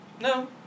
No